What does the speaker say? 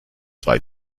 zwei